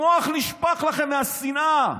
המוח נשפך לכם מהשנאה.